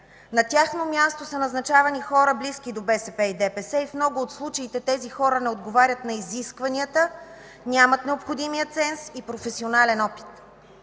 На тяхно място са назначавани хора, близки до БСП и ДПС и в много от случаите тези хора не отговарят на изискванията, нямат необходимия ценз и професионален опит.